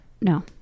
no